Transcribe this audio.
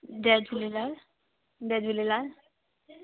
जय झूलेलाल जय झूलेलाल